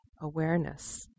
awareness